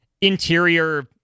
interior